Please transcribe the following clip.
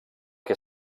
que